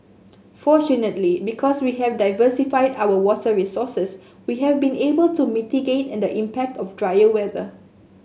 fortunately because we have diversified our water resources we have been able to mitigate and the impact of drier weather